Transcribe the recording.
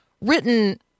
written